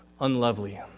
unlovely